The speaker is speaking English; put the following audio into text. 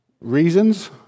reasons